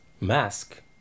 Mask